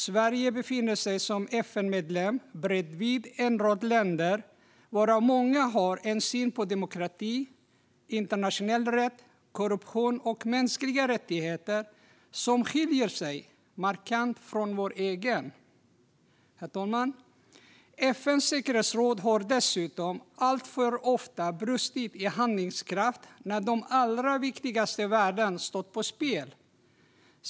Sverige befinner sig som FN-medlem bredvid en rad länder, varav många har en syn på demokrati, internationell rätt, korruption och mänskliga rättigheter som skiljer sig markant från vår egen. Herr talman! FN:s säkerhetsråd har dessutom alltför ofta brustit i handlingskraft när de allra viktigaste värdena stått på spel.